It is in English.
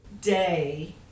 day